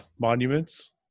Monuments